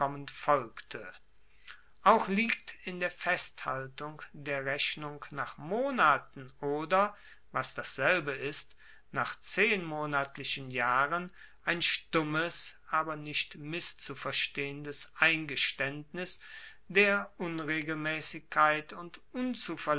folgte auch liegt in der festhaltung der rechnung nach monaten oder was dasselbe ist nach zehnmonatlichen jahren ein stummes aber nicht misszuverstehendes eingestaendnis der unregelmaessigkeit und